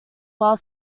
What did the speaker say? while